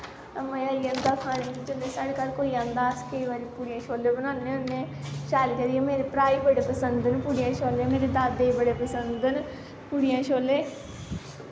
मज़ा आई जंदा खानेई कन्नै साढ़े घर कोई आंदा अस केंई बारी पूड़ियां छोल्ले बनान्ने होन्ने शैल करियै मेरे भ्रा गी बड़े पसंद ना पूड़ियां छोल्ले मेरे दादेई बड़े पसंद न पूड़ियां छोल्ले